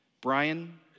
Brian